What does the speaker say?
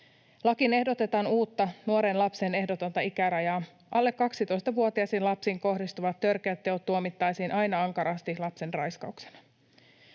Lakiin ehdotetaan uutta nuoren lapsen ehdotonta ikärajaa. Alle 12-vuotiaisiin lapsiin kohdistuvan törkeät teot tuomittaisiin aina ankarasti lapsenraiskauksena.